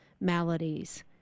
maladies